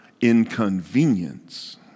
inconvenience